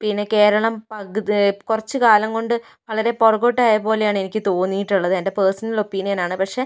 പിന്നെ കേരളം പകുതി കുറച്ച് കാലം കൊണ്ട് വളരെ പുറകോട്ട് ആയ പോലെയാണ് എനിക്ക് തോന്നിട്ടുള്ളത് എൻ്റെ പേർസണൽ ഒപ്പീനിയനാണ് പക്ഷെ